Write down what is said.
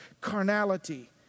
carnality